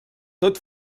tot